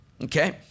okay